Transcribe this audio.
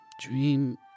Dream